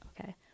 Okay